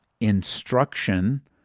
instruction